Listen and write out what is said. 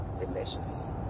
delicious